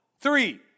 three